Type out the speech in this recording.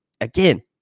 Again